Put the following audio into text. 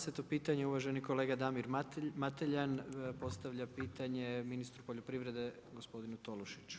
20 pitanje uvaženi kolega Damir Mateljan, postavlja pitanje ministru poljoprivrede gospodinu Tolušiću.